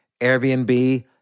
Airbnb